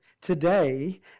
today